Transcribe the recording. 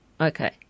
Okay